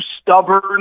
stubborn